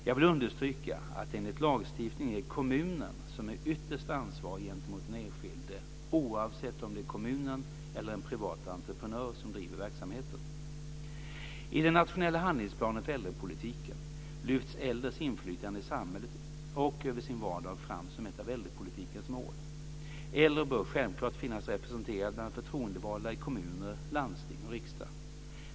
Jag vill understryka att det enligt lagstiftningen är kommunen som ytterst är ansvarig gentemot den enskilde, oavsett om det är kommunen eller en privat entreprenör som driver verksamheten. lyfts äldres inflytande i samhället och över sin vardag fram som ett av äldrepolitikens mål. Äldre bör självklart finnas representerade bland förtroendevalda i kommuner, landsting och riksdag.